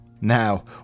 Now